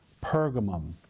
Pergamum